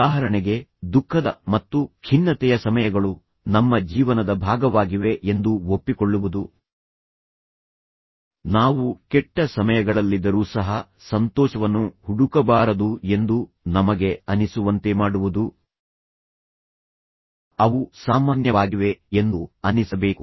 ಉದಾಹರಣೆಗೆ ದುಃಖದ ಮತ್ತು ಖಿನ್ನತೆಯ ಸಮಯಗಳು ನಮ್ಮ ಜೀವನದ ಭಾಗವಾಗಿವೆ ಎಂದು ಒಪ್ಪಿಕೊಳ್ಳುವುದು ನಾವು ಕೆಟ್ಟ ಸಮಯಗಳಲ್ಲಿದ್ದರೂ ಸಹ ಸಂತೋಷವನ್ನು ಹುಡುಕಬಾರದು ಎಂದು ನಮಗೆ ಅನಿಸುವಂತೆ ಮಾಡುವುದು ಅವು ಸಾಮಾನ್ಯವಾಗಿವೆ ಎಂದು ಅನ್ನಿಸಬೇಕು